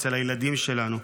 אצל הילדים שלנו.